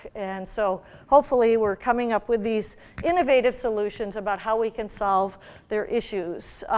and so hopefully we're coming up with these innovative solutions about how we can solve their issues.